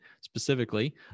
specifically